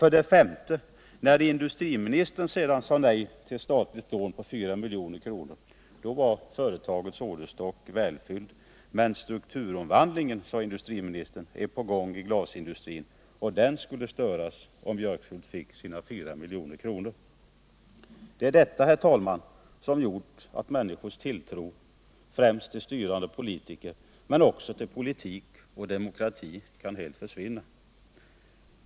För det femte: När industriministern sedan sade nej till ett statligt lån på 4 milj.kr. var företagets orderstock välfylld, men strukturomvandlingen, sade industriministern, är på gång i glasindustrin, och den skulle störas om Björkshult fick sina 4 milj.kr. Det är detta, herr talman, som gjort att människors tilltro, främst till styrande politiker men också till politik och demokrati, kan helt försvinna.